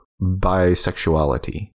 bisexuality